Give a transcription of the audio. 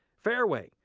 fareway,